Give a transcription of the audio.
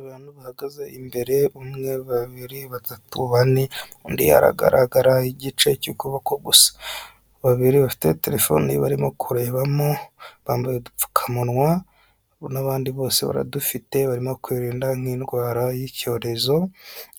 Abantu bahagaze imbere umwe, babiri, batatu, bane, undi aragaragara igice cy'ukuboko gusa. Babiri bafite telefone barimo kurebamo, bambaye udupfukamunwa n'abandi bose baradufite, barimo kwirinda nk'indwara y'icyorezo,